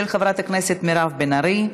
של חברת הכנסת מירב בן ארי.